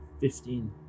Fifteen